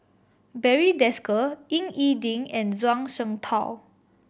Barry Desker Ying E Ding and Zhuang Shengtao